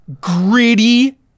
Gritty